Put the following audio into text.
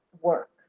work